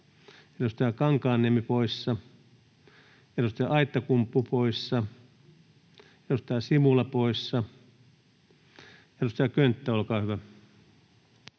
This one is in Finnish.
edustaja Kankaanniemi poissa, edustaja Aittakumpu poissa, edustaja Simula poissa. — Edustaja Könttä, olkaa hyvä.